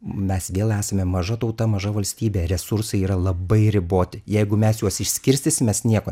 mes vėl esame maža tauta maža valstybė resursai yra labai riboti jeigu mes juos išskirstysim mes nieko